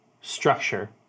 structure